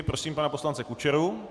Prosím pana poslance Kučeru.